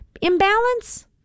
imbalance